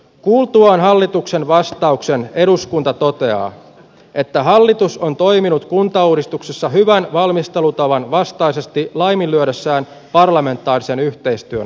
kuultuaan hallituksen vastauksen eduskunta toteaa että hallitus on toiminut kuntauudistuksessa hyvän valmistelutavan vastaisesti laiminlyödessään parlamentaarisen yhteistyön asiassa